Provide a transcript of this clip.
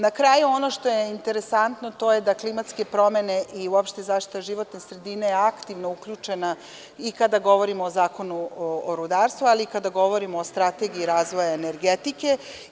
Na kraju, ono što je interesantno, to je da su klimatske promene i uopšte zaštita životne sredine aktivno uključena i kada govorimo o Zakonu o rudarstvu, ali i kada govorimo o Strategiji razvoja energetike.